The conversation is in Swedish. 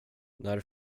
när